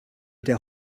der